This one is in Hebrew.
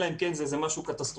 אלא אם כן זה משהו קטסטרופלי,